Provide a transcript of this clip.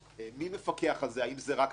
מי מפקח על זה האם זה רק החטיבה,